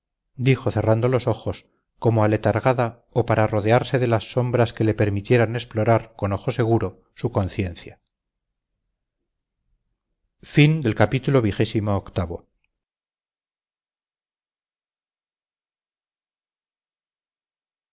dijo cerrando los ojos como aletargada o para rodearse de las sombras que le permitieran explorar con ojo seguro su conciencia